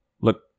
look